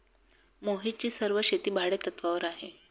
मोहितची सर्व शेती भाडेतत्वावर आहे